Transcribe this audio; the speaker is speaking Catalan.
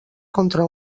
contra